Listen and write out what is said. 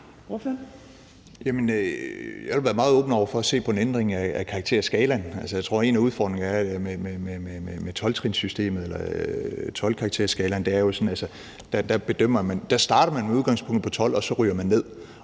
jeg vil være meget åben over for at se på en ændring af karakterskalaen. Altså, jeg tror, at en af udfordringerne med 12-karakterskalaen er, at der starter man med udgangspunkt i 12, og så ryger man ned.